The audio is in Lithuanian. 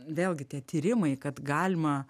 vėlgi tie tyrimai kad galima